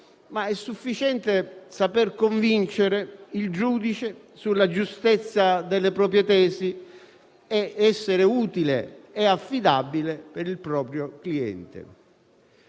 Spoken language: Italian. ma è sufficiente saper convincere il giudice sulla giustezza delle proprie tesi ed essere utile e affidabile per il proprio cliente.